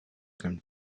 come